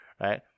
Right